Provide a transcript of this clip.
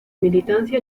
militancia